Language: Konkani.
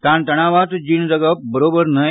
ताणतणावात जीण जगप बरोबर न्हय